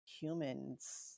humans